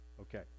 Okay